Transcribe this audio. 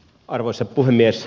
arvoisa puhemies